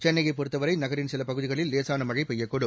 சென்னையைப் பொறுத்தவரை நகரின் சில பகுதிகளில் லேசான மழை பெய்யக்கூடும்